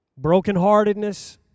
brokenheartedness